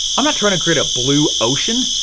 i'm not trying to create a blue ocean.